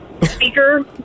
Speaker